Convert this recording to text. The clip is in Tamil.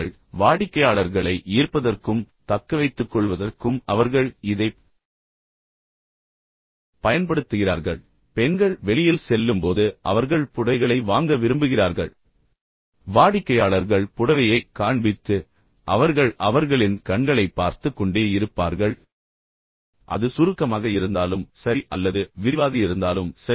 எனவே வாடிக்கையாளர்களை ஈர்ப்பதற்கும் தக்கவைத்துக்கொள்வதற்கும் அவர்கள் இதைப் பயன்படுத்துகிறார்கள் எனவே பெண்கள் செல்லும்போது அவர்கள் புடவைகளை வாங்க விரும்புகிறார்கள் எனவே வாடிக்கையாளர்கள் புடவையை எறிந்து அதைக் காண்பித்து அவர்கள் அவர்களின் கண்களைப் பார்த்துக் கொண்டே இருப்பார்கள் எனவே அவர்கள் சுருக்கமாக இருந்தாலும் சரி அல்லது விரிவாக இருந்தாலும் சரி